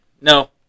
No